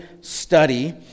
study